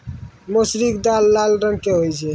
मौसरी के दाल लाल रंग के होय छै